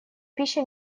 пища